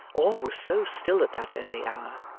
all was so still at that early hour,